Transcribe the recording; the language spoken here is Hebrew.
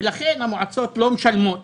לכן המועצות לא משלמות